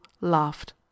laughed